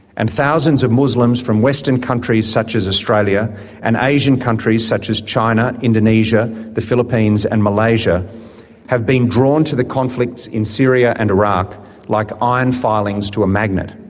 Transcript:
and thousands of muslims from western countries such as australia and asian countries such as china, indonesia, the philippines and malaysia have been drawn to the conflicts in syria and iraq like iron filings to a magnet.